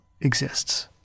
exists